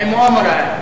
הַאי מֻאַאמָרָה.